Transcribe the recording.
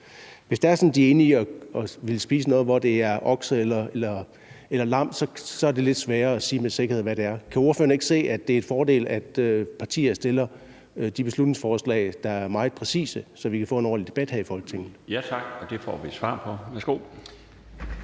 Hvis det er sådan, at de er ude i at ville spise noget, hvor der er tale om okse eller lam, så er det lidt sværere at sige med sikkerhed, hvad det er. Kan ordføreren ikke se, at det er en fordel, at partier fremsætter beslutningsforslag, der er meget præcise, så vi kan få en ordentlig debat her i Folketinget? Kl. 15:59 Den fg. formand